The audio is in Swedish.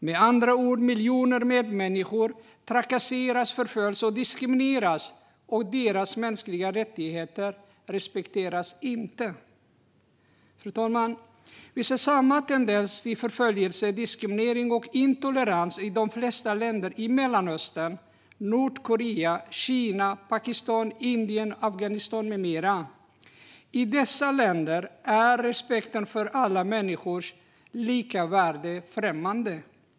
Med andra ord trakasseras, förföljs och diskrimineras miljoner medmänniskor, och deras mänskliga rättigheter respekteras inte. Fru talman! Vi ser samma tendens till förföljelse, diskriminering och intolerans i de flesta länder i Mellanöstern och i Nordkorea, Kina, Pakistan, Indien, Afghanistan med flera. I dessa länder är respekten för alla människors lika värde främmande.